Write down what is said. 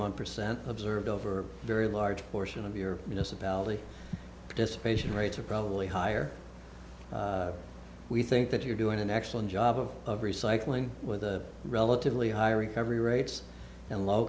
one percent observed over very large portion of your municipality dysphasia rates are probably higher we think that you're doing an excellent job of of recycling with a relatively high recovery rates and low